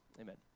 Amen